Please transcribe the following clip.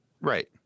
Right